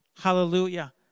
Hallelujah